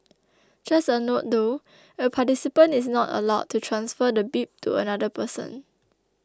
just a note though a participant is not allowed to transfer the bib to another person